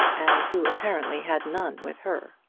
and who apparently had none with her.